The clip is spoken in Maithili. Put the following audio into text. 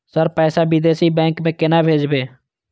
सर पैसा विदेशी बैंक में केना भेजबे?